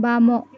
ବାମ